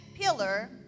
pillar